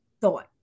thought